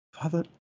Father